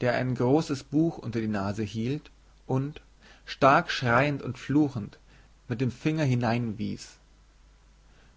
der er ein großes buch unter die nase hielt und stark schreiend und fluchend mit dem finger hineinwies